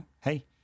hey